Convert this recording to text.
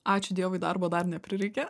ačiū dievui darbo dar neprireikė